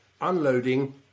unloading